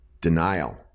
Denial